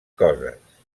coses